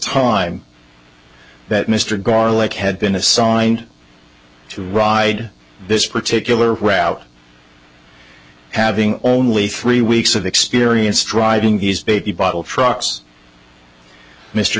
time that mr garlock had been assigned to ride this particular route having only three weeks of experience driving these baby bottle